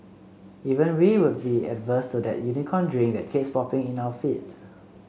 even we would be averse to that Unicorn Drink that keeps popping up in our feeds